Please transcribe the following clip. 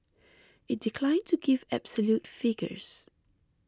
it declined to give absolute figures